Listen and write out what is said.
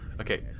Okay